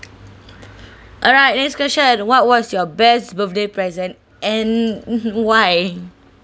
alright next question what was your best birthday present and why